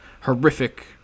horrific